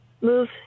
move